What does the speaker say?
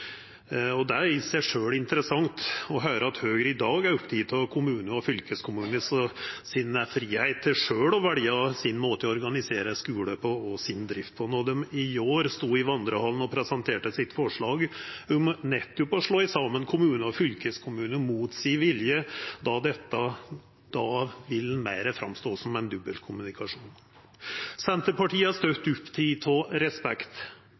Det er i seg sjølv interessant å høyra at Høgre i dag er oppteke av kommunar og fylkeskommunar sin fridom til sjølv å velja sin måte å organisera skule og drift på, når dei i går stod i vandrehallen og presenterte sitt forslag om nettopp å slå saman kommunar og fylkeskommunar mot si vilje. Då står dette fram meir som ein dobbeltkommunikasjon. Senterpartiet er støtt oppteke av respekt